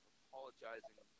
apologizing